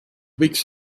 võiks